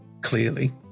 clearly